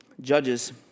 Judges